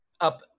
Up